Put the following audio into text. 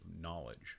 knowledge